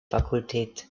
fakultät